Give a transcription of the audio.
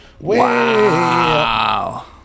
Wow